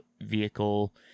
vehicle